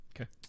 okay